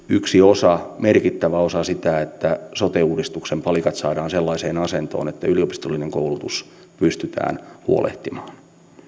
yksi merkittävä osa sitä että sote uudistuksen palikat saadaan sellaiseen asentoon että yliopistollinen koulutus pystytään huolehtimaan